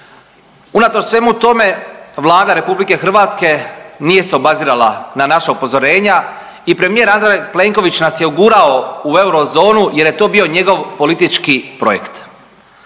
Unatoč svemu tome Vlada RH nije se obazirala na naša upozorenja i premijer Andrej Plenković nas je ugurao u eurozonu jer je to bio njegov politički projekt.